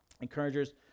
encouragers